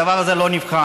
הדבר הזה לא נבחן.